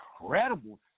incredible